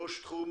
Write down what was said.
ראש תחום